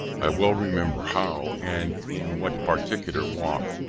i well remember how, and in what particular walk,